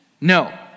No